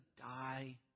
die